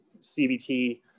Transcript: CBT